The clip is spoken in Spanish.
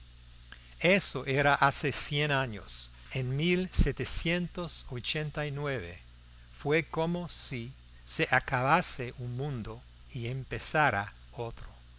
eso era hace cien años en fue como si se acabase un mundo y empezara otro